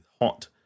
hot